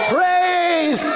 praise